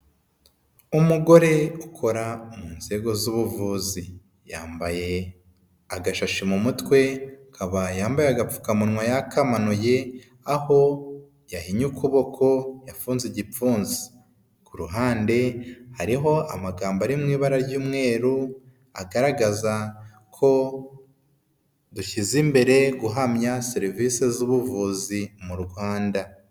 Umugore ukora mu nzego z'ubuvuzi yambaye agashashi mu mutwe akaba yambaye agapfukamunwa yakamanuye aho yahinnye ukuboko yafunze igipfunsi, ku ruhande hariho amagambo ari mu ibara ry'umweru agaragaza ko dushyize imbere guhamya serivise z'ubuvuzi mu Rwanda.